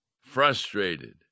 frustrated